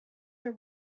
are